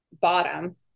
bottom